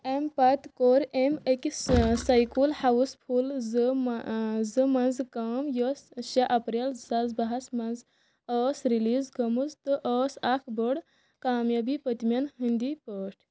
امہِ پتہٕ کوٚر أمۍ أکِس سیکول ہاؤس فُل زٕ زٕ منٛز کٲم، یۄس شےٚ اپریل زٕاساس باہس منٛز ٲس ریلیز گٔمٕژ تہٕ ٲس اکھ بٔڑ کامیٲبی پٔتمیٚن ہِٕنٛدی پٲٹھۍ